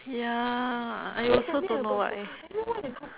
ya I also don't know why